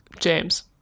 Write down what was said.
James